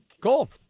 Cool